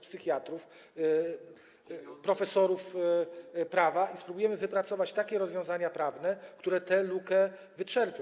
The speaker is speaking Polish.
psychiatrów, profesorów prawa i spróbujemy wypracować takie rozwiązania prawne, które tę lukę wyczerpią.